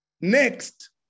Next